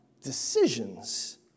decisions